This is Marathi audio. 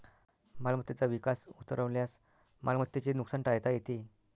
मालमत्तेचा विमा उतरवल्यास मालमत्तेचे नुकसान टाळता येते